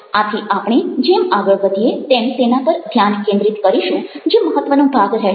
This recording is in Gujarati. આથી આપણે જેમ આગળ વધીએ તેમ તેના પર ધ્યાન કેન્દ્રિત કરીશું જે મહત્ત્વનો ભાગ રહેશે